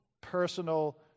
personal